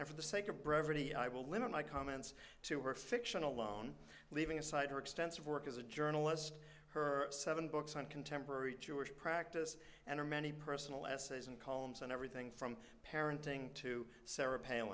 and for the sake of brevity i will limit my comments to her fiction alone leaving aside her extensive work as a journalist her seven books on contemporary jewish practice and or many personal essays and columns on everything from parenting to sarah